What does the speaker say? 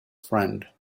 friend